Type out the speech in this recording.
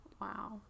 Wow